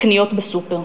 הקניות בסופר.